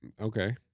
Okay